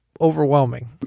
overwhelming